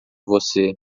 você